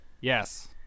yes